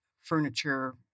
furniture